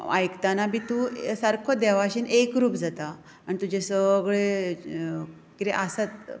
आयकतना बी सारको देवाशी एकरूप जाता आनी तुजें सगळें कितें आसा